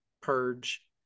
purge